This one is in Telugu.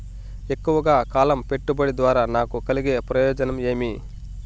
ఎక్కువగా కాలం పెట్టుబడి ద్వారా నాకు కలిగే ప్రయోజనం ఏమి?